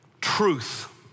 truth